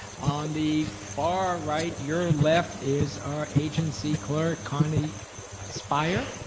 on the far right, your left, is our agency clerk, connie spire,